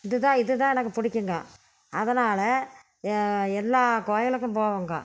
இது தான் இது தான் எனக்கு பிடிக்குங்க அதனால் எல்லா கோயிலுக்கும் போவோங்கோ